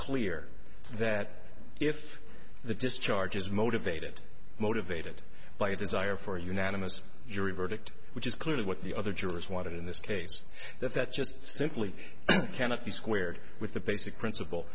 clear that if the discharge is motivated motivated by a desire for a unanimous jury verdict which is clearly what the other jurors wanted in this case that that just simply cannot be squared with the basic principle